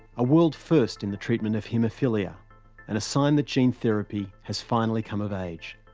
a world first in the treatment of haemophilia and a sign that gene therapy has finally come of age.